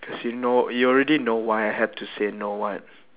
because you know you already know why I have to say no what